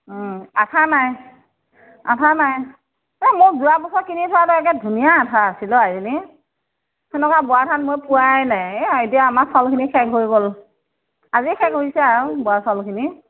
ওম আঠা নাই আঠা নাই এই মোৰ যোৱা বছৰ কিনি থোৱাটো একে ধুনীয়া আঠা আছিল অ আইজনী সেনেকুৱা বৰা ধান মই পোৱাই নাই এই এতিয়া আমাৰ চাউলখিনি হৈ গ'ল আজি শেষ হৈছে আৰু বৰা চাউলখিনি